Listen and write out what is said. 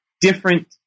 different